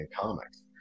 comics